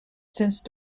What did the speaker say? since